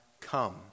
come